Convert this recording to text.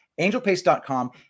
Angelpaste.com